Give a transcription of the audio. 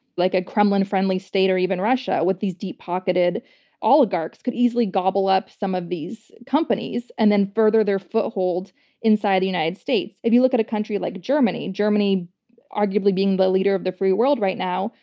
like a kremlin friendly state or even russia with these deep pocketed oligarchs, could easily gobble up some of these companies and then further their foothold inside the united states. if you look at a country like germany, germany arguably being the leader of the free world right now,